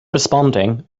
responding